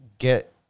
get